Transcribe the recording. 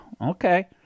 Okay